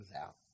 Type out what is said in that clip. out